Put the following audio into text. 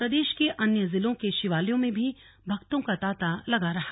प्रदेश के अन्य जिलों के शिवालयों में भी भक्तों का तांता लगा रहा